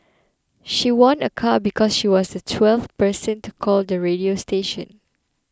she won a car because she was the twelfth person to call the radio station